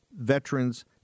veterans